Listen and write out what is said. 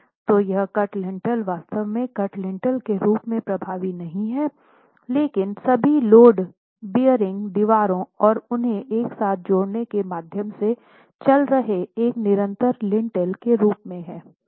तो यह cut lintel वास्तव में कट लिंटेल के रूप में प्रभावी नहीं है लेकिन सभी लोड बेअरिंग दीवारों और उन्हें एक साथ जोड़ने के माध्यम से चल रहे एक निरंतर लिंटेल के रूप में हैं